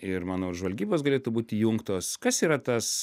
ir manau ir žvalgybos galėtų būt įjungtos kas yra tas